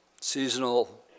seasonal